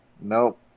Nope